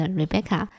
Rebecca